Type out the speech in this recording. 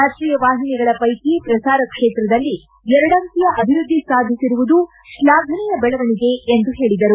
ರಾಷ್ಷೀಯ ವಾಹಿನಿಗಳ ಶೈಕಿ ಪ್ರಸಾರ ಕ್ಷೇತ್ರದಲ್ಲಿ ಎರಡಂಕಿಯ ಅಭಿವೃದ್ಲಿ ಸಾಧಿಸಿರುವುದು ಶ್ಲಾಫನೀಯ ಬೆಳವಣಿಗೆ ಎಂದು ಹೇಳದರು